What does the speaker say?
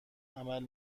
عمل